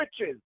riches